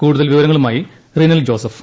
കൂടുതൽ വിവരങ്ങളുമായി റിനൽ ജോസഫ്